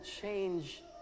change